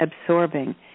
absorbing